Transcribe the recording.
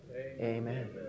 Amen